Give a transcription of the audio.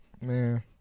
Man